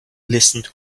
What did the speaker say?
listened